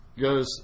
goes